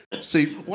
See